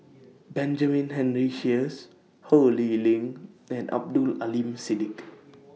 Benjamin Henry Sheares Ho Lee Ling and Abdul Aleem Siddique